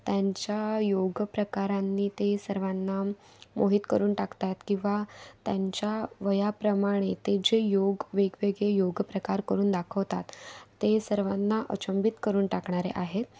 त्यांच्या योग प्रकारांनी ते सर्वांना मोहित करून टाकतात किंवा त्यांच्या वयाप्रमाणे ते जे योग वेगवेगळे योग प्रकार करून दाखवतात ते सर्वांना अचंबित करून टाकणारे आहेत